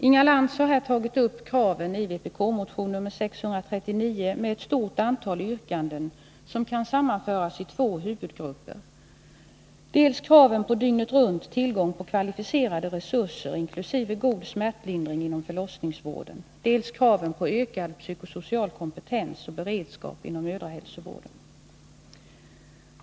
Inga Lantz har här tagit upp kraven i vpk-motionen nr 639 med ett stort antal yrkanden som kan sammanföras i två huvudgrupper: dels kraven på dygnet-runt-tillgång på kvalificerade resurser inklusive god smärtlindring inom förlossningsvården, dels kraven på ökad psykosocial kompetens och beredskap inom mödrahälsovården.